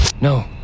No